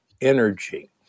energy